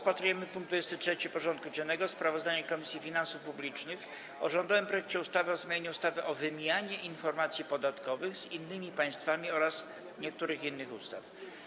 Powracamy do rozpatrzenia punktu 23. porządku dziennego: Sprawozdanie Komisji Finansów Publicznych o rządowym projekcie ustawy o zmianie ustawy o wymianie informacji podatkowych z innymi państwami oraz niektórych innych ustaw.